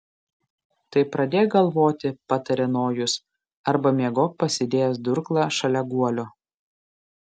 tai pradėk galvoti patarė nojus arba miegok pasidėjęs durklą šalia guolio